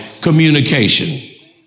communication